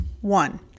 One